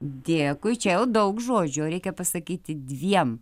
dėkui čia jau daug žodžių o reikia pasakyti dviem